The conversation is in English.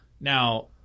Now